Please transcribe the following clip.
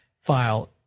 file